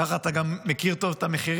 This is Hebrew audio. ככה אתה גם מכיר טוב את המחירים,